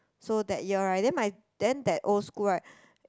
so that year right then my then that old school right